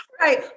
Right